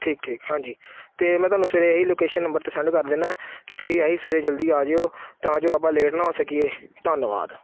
ਠੀਕ ਠੀਕ ਹਾਂਜੀ ਅਤੇ ਮੈਂ ਤੁਹਾਨੂੰ ਸਵੇਰੇ ਇਹੀ ਲੋਕੇਸ਼ਨ ਨੰਬਰ 'ਤੇ ਸੈਂਡ ਕਰ ਦਿੰਦਾ ਅਤੇ ਤੁਸੀਂ ਇਹੀ ਸਵੇਰੇ ਜਲਦੀ ਆ ਜਿਓ ਤਾਂ ਜੋ ਆਪਾਂ ਲੇਟ ਨਾ ਹੋ ਸਕੀਏ ਧੰਨਵਾਦ